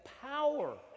power